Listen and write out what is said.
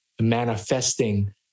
manifesting